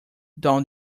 down